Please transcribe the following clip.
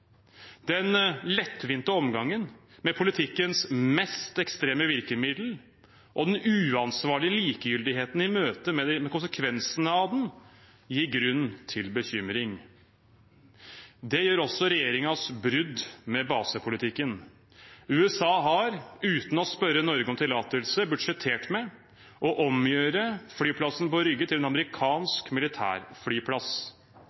Den lettvinte omgangen med politikkens mest ekstreme virkemiddel og den uansvarlige likegyldigheten i møte med konsekvensene av den gir grunn til bekymring. Det gjør også regjeringens brudd med basepolitikken. USA har uten å spørre Norge om tillatelse budsjettert med å omgjøre flyplassen på Rygge til en